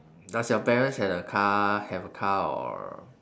does your parents had a car have a car or